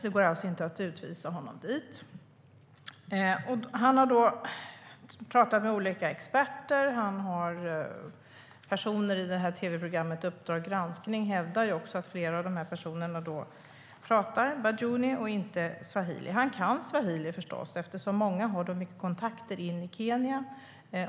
Det går alltså inte att utvisa honom dit. Omar har pratat med olika experter. Personer i tv-programmet Uppdrag granskning hävdar också att flera av de här personerna pratar bajuni och inte swahili. Han kan förstås swahili eftersom många i Somalia har kontakter i Kenya.